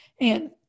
and-